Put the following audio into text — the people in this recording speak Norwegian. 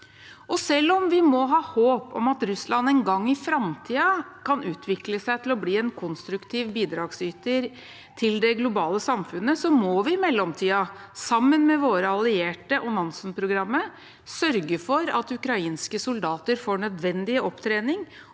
i. Selv om vi må ha håp om at Russland en gang i framtiden kan utvikle seg til å bli en konstruktiv bidragsyter til det globale samfunnet, må vi i mellomtiden, sammen med våre allierte og Nansen-programmet, sørge for at ukrainske soldater får nødvendig opptrening